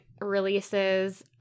releases